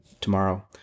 tomorrow